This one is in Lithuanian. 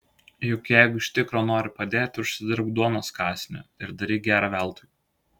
juk jeigu iš tikro nori padėti užsidirbk duonos kąsnį ir daryk gera veltui